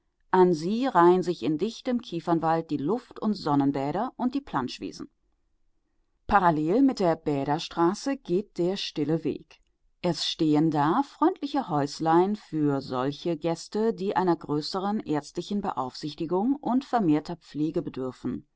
an sie reihen sich in dichtem kiefernwald die luft und sonnenbäder und die planschwiesen parallel mit der bäderstraße geht der stille weg es stehen da freundliche häuslein für solche gäste die einer größeren ärztlichen beaufsichtigung und vermehrter pflege bedürfen